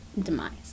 demise